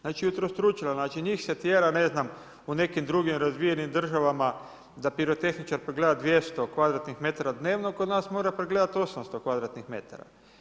Znači utrostručila, znači njih se tjera, ne znam u nekim drugim razvijenim državama, da pirotehničar pogleda 200 kvadratnih metara dnevno, kod nas mora pregledati 800 kvadratnih metara.